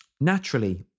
Naturally